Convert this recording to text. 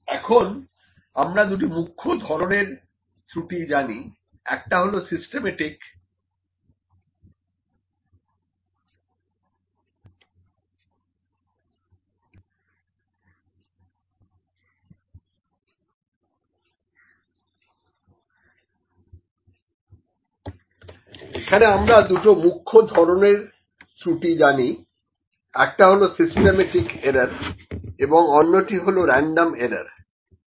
এখানে আমরা দুই মুখ্য ধরনের ত্রুটি জানি একটা হল সিস্টেমেটিক এরার এবং অন্যটি হলো রেনডম এরারˈ